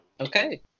Okay